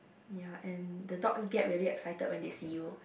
ya and the dog get really excited when they see you